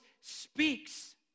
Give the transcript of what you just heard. speaks